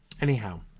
anyhow